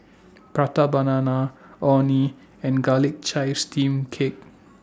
Prata Banana Orh Nee and Garlic Chives Steamed Cake